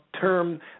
term